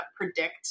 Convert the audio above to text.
predict